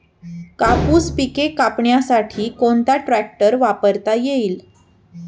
कापूस पिके कापण्यासाठी कोणता ट्रॅक्टर वापरता येईल?